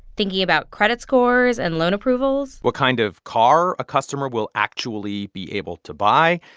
thinking about credit scores and loan approvals. what kind of car a customer will actually be able to buy.